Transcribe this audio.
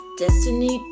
destiny